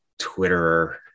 Twitterer